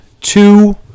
two